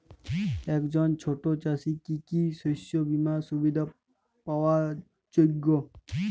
একজন ছোট চাষি কি কি শস্য বিমার সুবিধা পাওয়ার যোগ্য?